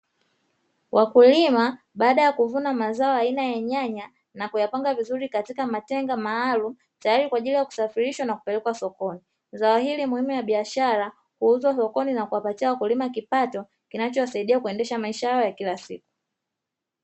Wakulima baada ya kuvuna mazao aina ya nyanya na kuyapanga vizuri katika matenga maalumu, tayari kwa ajili ya kusafirishwa na kupelekwa sokoni. Zao hili muhimu la biashara, huuzwa sokoni na kuwapatia wakulima kipato kinachowasaidia kuendesha maisha yao ya kila siku.